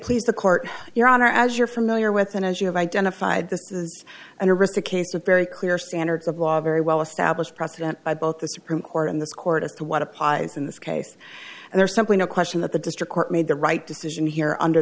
please the court your honor as you're familiar with and as you have identified this is an interesting case a very clear standards of law a very well established precedent by both the supreme court and this court as to what applies in this case and there's simply no question that the district court made the right decision here under